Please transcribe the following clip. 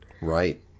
Right